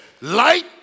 Light